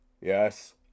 Yes